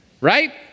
right